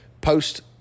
post